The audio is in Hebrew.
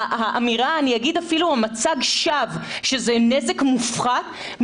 האמירה ואגיד אפילו מצג שווא שזה נזק מופחת,